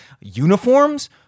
uniforms